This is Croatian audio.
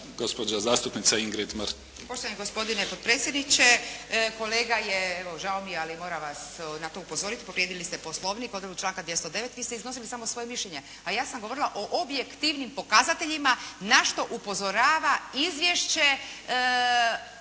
Marinović, Ingrid (SDP)** Poštovani gospodine potpredsjedniče! Kolega je evo, žao mi je ali moram vas na to upozoriti, povrijedili ste Poslovnik povodom članka 209. Vi ste iznosili samo svoje mišljenje. A ja sam govorila o objektivnim pokazateljima na što upozorava izvješće